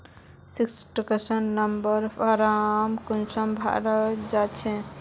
Sixteen number form कुंसम भराल जाछे?